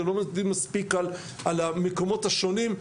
הם לא יודעים מספיק על המקומות השונים,